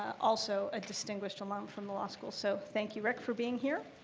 also a distinguished alum from the law school, so thank you, rick, for being here.